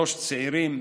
3. צעירים